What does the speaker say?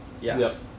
yes